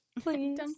please